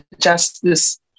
justice